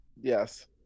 Yes